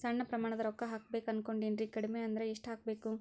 ಸಣ್ಣ ಪ್ರಮಾಣದ ರೊಕ್ಕ ಹಾಕಬೇಕು ಅನಕೊಂಡಿನ್ರಿ ಕಡಿಮಿ ಅಂದ್ರ ಎಷ್ಟ ಹಾಕಬೇಕು?